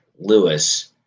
Lewis